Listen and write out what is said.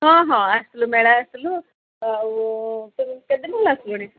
ହଁ ହଁ ଆସିଲୁ ମେଳା ଆସିଲୁ ଆଉ ତ କେତେ ଦିନ ହେଲା ଆସିଲୁଣି